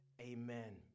amen